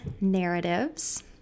narratives